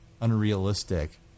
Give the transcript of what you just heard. unrealistic